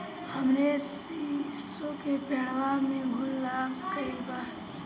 हमरे शीसो के पेड़वा में घुन लाग गइल बा